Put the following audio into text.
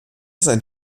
sein